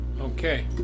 Okay